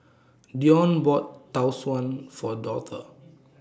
Deon bought Tau Suan For Dortha